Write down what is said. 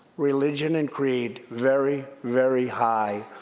religion, and creed very, very high.